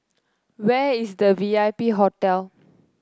where is the V I P Hotel